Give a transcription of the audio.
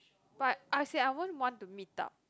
but I say I won't want to meet up